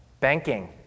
Banking